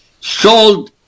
sold